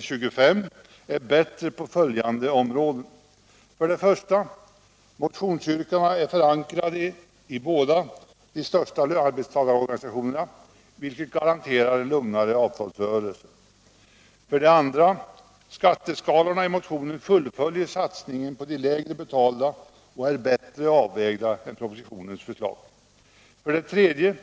25 är bättre på följande områden: 1. Motionsyrkandena är förankrade i båda de största arbetstagarorganisationerna, vilket garanterar en lugnare avtalsrörelse. 2. Skatteskalorna i motionen fullföljer satsningen på de lägre betalda och är bättre avvägda än propositionens förslag. 3.